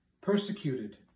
Persecuted